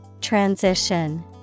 Transition